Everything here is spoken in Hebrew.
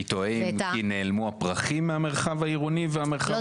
אני תוהה אם נעלמו הפרחים מהמרחב העירוני והציבורי שלנו או --- לא,